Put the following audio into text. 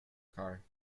car